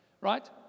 right